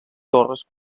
torres